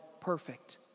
perfect